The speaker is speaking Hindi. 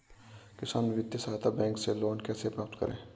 किसान वित्तीय सहायता बैंक से लोंन कैसे प्राप्त करते हैं?